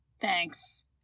Thanks